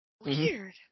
Weird